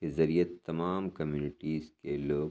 کے ذریعے تمام کمیونیٹیز کے لوگ